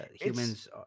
humans